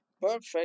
perfect